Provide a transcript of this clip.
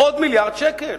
עוד מיליארד שקל.